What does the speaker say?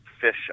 fish